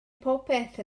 popeth